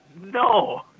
No